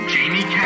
Jamie